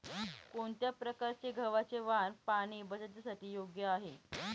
कोणत्या प्रकारचे गव्हाचे वाण पाणी बचतीसाठी योग्य आहे?